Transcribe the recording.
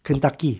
Kentucky